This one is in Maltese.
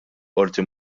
qorti